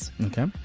okay